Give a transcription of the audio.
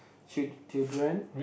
chi~ children